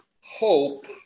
hope